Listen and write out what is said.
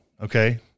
okay